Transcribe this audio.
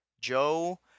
Joe